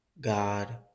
God